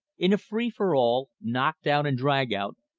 in a free-for-all knock-down-and-drag-out,